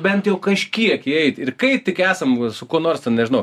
bent jau kažkiek įeit ir kai tik esam su kuo nors ten nežinau